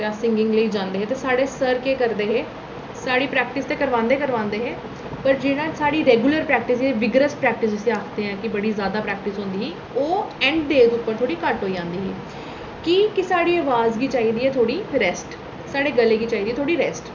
ते अस सिंगिंग लेई जंदे हे ते साढ़े सर केह् करदे हे साढ़ी प्रैक्टिस ते करवांदे ई करवांदे हे पर जेह्ड़ी साढ़ी रैगुलर प्रैक्टिस बिगनिंग प्रैक्टिस जिसी आखदे आं कि बड़ी जैदा प्रैक्टिस होंदी ओह् ऐंड्ड डे उप्पर थोह्ड़ी घट्ट होई जंदी ही कि के साढ़ी अवाज गी चाहिदी ऐ थोह्ड़ी रैस्ट साढ़े गले गी चाहिदी ऐ थोह्ड़ी रैस्ट